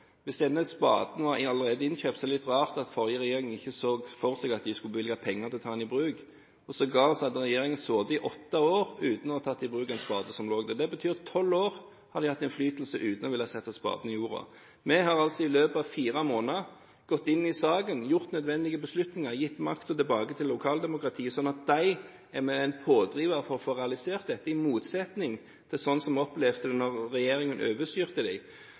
Hvis denne spaden allerede var innkjøpt, er det litt rart at forrige regjering ikke så for seg at de skulle bevilge penger til å ta den i bruk – og sågar hadde regjeringen sittet i åtte år, uten ta i bruk en spade som lå der. Det betyr at de i tolv år har hatt innflytelse uten å ville sette spaden i jorda. Vi har altså i løpet av fire måneder gått inn i saken, gjort nødvendige beslutninger, gitt makten tilbake til lokaldemokratiet, sånn at de er mer en pådriver for å få realisert dette, i motsetning til sånn som vi opplevde det da regjeringen overstyrte